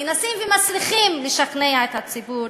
מנסים ומצליחים לשכנע את הציבור